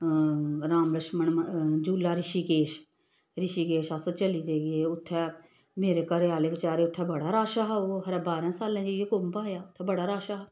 राम लक्षमन झूला रिषिकेश रिषिकेश अस चली ते गे उत्थै मेरे घरै आह्ले बेचारे उत्थै बड़ा रश हा ओह् खरै बारें सालें जाइयै कुंभ आया उत्थै बड़ा रश हा